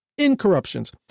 incorruptions